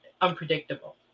Unpredictable